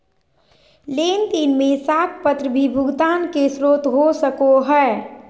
लेन देन में साख पत्र भी भुगतान के स्रोत हो सको हइ